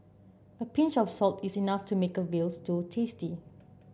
a pinch of salt is enough to make a veal stew tasty